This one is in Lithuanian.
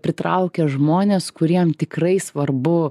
pritraukia žmones kuriem tikrai svarbu